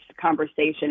conversation